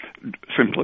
simply